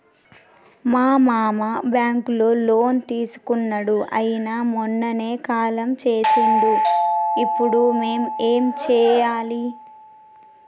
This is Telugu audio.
మా మామ బ్యాంక్ లో లోన్ తీసుకున్నడు అయిన మొన్ననే కాలం చేసిండు ఇప్పుడు మేం ఏం చేయాలి?